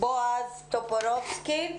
בועז טופורובסקי.